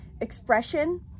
Expression